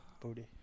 booty